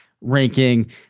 ranking